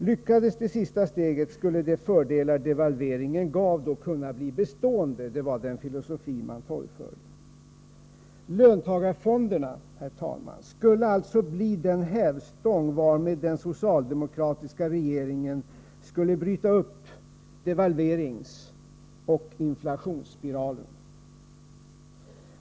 Lyckades det sista steget, skulle de fördelar som devalveringen gav bli bestående. Det var den filosofi som socialdemokraterna torgförde. Löntagarfonderna, herr talman, skulle alltså bli den hävstång varmed den socialdemokratiska regeringen skulle bryta upp devalveringsoch inflationsspiralen.